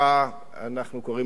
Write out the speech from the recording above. אנחנו קוראים לו אבו יואל,